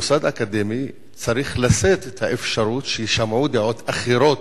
מוסד אקדמי צריך לשאת את האפשרות שיישמעו דעות אחרות,